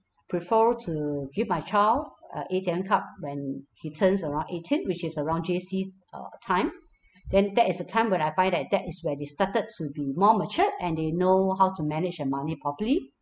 prefer to give my child a A_T_M card when he turns around eighteen which is around J_C uh time then that is a time when I find that that is where they started to be more matured and they know how to manage their money properly